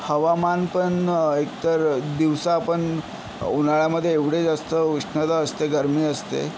हवामानपण एकतर दिवसापण उन्हाळ्यामध्ये एवढे जास्त उष्णता असते गरमी असते